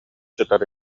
сытар